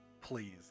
please